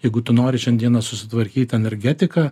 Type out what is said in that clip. jeigu tu nori šiandieną susitvarkyt energetiką